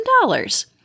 dollars